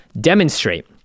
demonstrate